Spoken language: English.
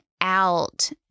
out